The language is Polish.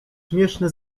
śmieszny